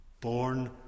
Born